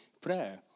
prayer